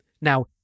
Now